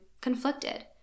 conflicted